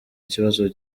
kibazo